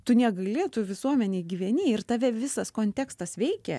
tu negali tu visuomenėj gyveni ir tave visas kontekstas veikia